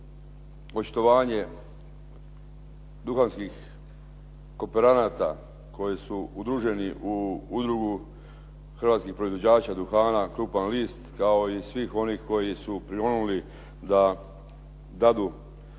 očitovanje duhanskih kooperanata koji su udruženi u Udrugu hrvatskih proizvođača duhana “Krupan list“ kao i svih onih koji su prionuli da dadu